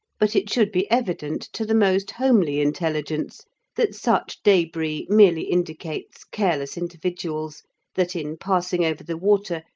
but it should be evident to the most homely intelligence that such debris merely indicates careless individuals that, in passing over the water,